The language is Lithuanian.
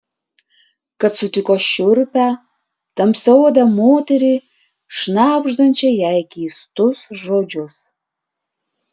kad sutiko šiurpią tamsiaodę moterį šnabždančią jai keistus žodžius